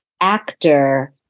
actor